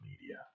media